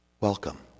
welcome